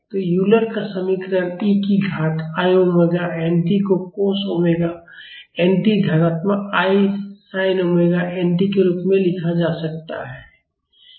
तो यूलर का समीकरण e की घात i ओमेगा nt को cos ओमेगा n t धनात्मक i sin ओमेगा nt के रूप में लिखा जा सकता है